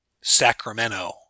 Sacramento